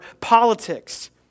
politics